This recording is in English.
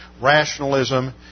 rationalism